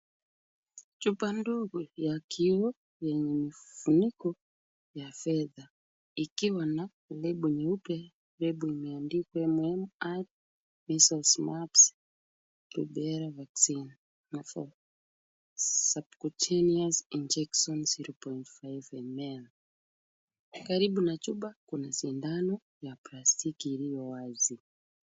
Chupa ndogo ya kioo yenye kifuniko cha fedha, ikiwa na lebo nyeupe. Lebo imeandikwa MMR Measles, Mumps, Rubella vaccine . Subcontinuos injections 0.5 ml . Karibu na chupa kuna sindano ya plastiki iliyo wazi.